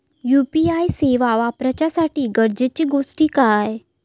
UPI सेवा वापराच्यासाठी गरजेचे गोष्टी काय?